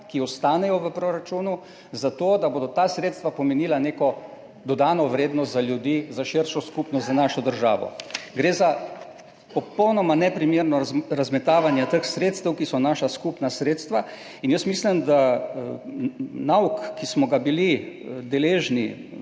ki ostanejo v proračunu zato, da bodo ta sredstva pomenila neko dodano vrednost za ljudi, za širšo skupnost, za našo državo. Gre za popolnoma neprimerno razmetavanje teh sredstev, ki so naša skupna sredstva. Jaz mislim, da bi moral biti nauk, ki smo ga bili deležni